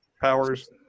powers